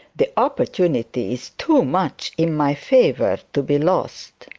the opportunity is too much in my favour to be lost